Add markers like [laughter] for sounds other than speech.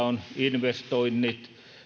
[unintelligible] on investoinnit